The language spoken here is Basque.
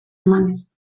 emanez